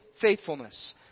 faithfulness